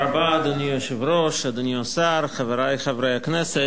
אדוני היושב-ראש, אדוני השר, חברי חברי הכנסת,